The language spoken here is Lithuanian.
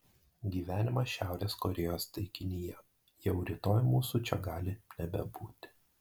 gyvenimas šiaurės korėjos taikinyje jau rytoj mūsų čia gali nebebūti